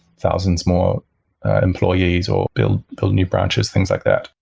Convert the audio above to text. thousands more employees or build build new branches, things like that.